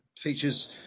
features